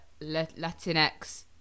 latinx